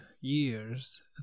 years